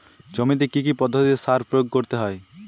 জমিতে কী কী পদ্ধতিতে সার প্রয়োগ করতে হয়?